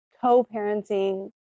co-parenting